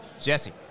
Jesse